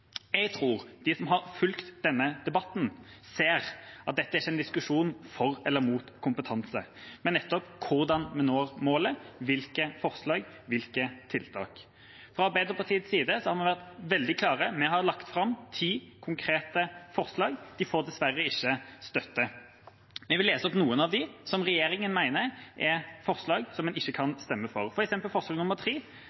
Jeg tror at de som har fulgt denne debatten, ser at dette ikke er en diskusjon for eller imot kompetanse, men om hvordan vi når målet: hvilke forslag, hvilke tiltak. Fra Arbeiderpartiets side har vi vært veldig klare. Vi har lagt fram ti konkrete forslag. De får dessverre ikke støtte. Jeg vil lese opp noen av dem som regjeringa mener er forslag som en ikke kan